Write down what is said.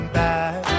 back